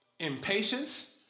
Impatience